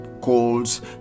colds